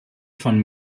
von